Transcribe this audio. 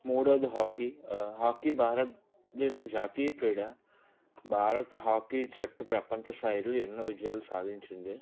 మూడోది hockey hockey Bharat దేశ జాతీయ క్రీడ భారత హాకీ జట్టు ప్రపంచ స్థాయిలో ఎన్నో విజయాలు సాధించింది